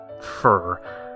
fur